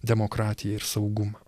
demokratiją ir saugumą